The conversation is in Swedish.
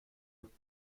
upp